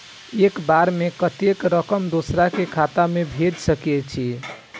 एक बार में कतेक रकम दोसर के खाता में भेज सकेछी?